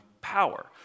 power